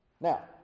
Now